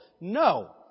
No